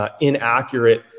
inaccurate